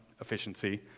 efficiency